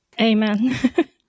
Amen